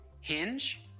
Hinge